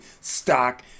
stock